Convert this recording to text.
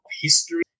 history